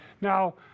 Now